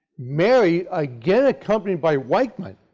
mary again accompanied by weichmann,